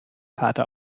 vater